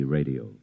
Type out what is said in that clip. Radio